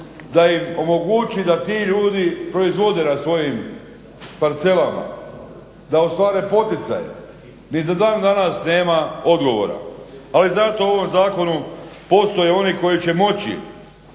da im omogući da ti ljudi proizvode na svojim parcelama, da ostvare poticaje. Ni do dan danas nema odgovora, ali zato u ovom zakonu postoje oni koji će moći